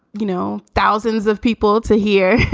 you know, thousands of people to hear.